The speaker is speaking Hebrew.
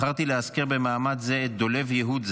בחרתי לאזכר במעמד זה את דולב יהוד ז"ל,